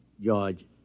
George